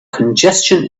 congestion